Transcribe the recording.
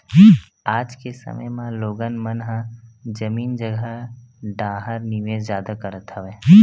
आज के समे म लोगन मन ह जमीन जघा डाहर निवेस जादा करत हवय